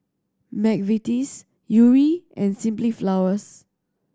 McVitie's Yuri and Simply Flowers